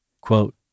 Quote